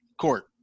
court